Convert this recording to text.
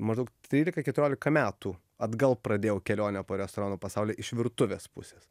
maždaug trylika keturiolika metų atgal pradėjau kelionę po restoranų pasaulį iš virtuvės pusės